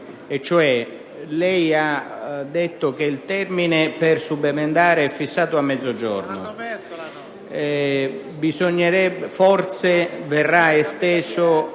Lei ha detto che il termine per subemendare è fissato a mezzogiorno, e che forse verrà esteso